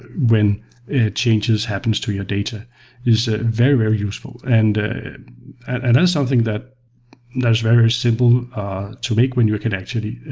when changes happens to your data is ah very, very useful. and and that is something that that is very simple to make when you can actually